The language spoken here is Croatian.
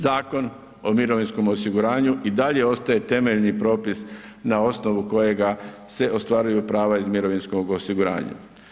Zakon o mirovinskom osiguranju i dalje ostaje temeljni propis na osnovu kojega se ostvaruju prava iz mirovinskoga osiguranja.